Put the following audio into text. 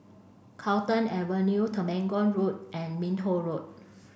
Carlton Avenue Temenggong Road and Minto Road